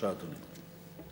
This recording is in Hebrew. אדוני היושב-ראש,